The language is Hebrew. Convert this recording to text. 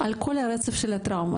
על כל הרצף של הטראומה.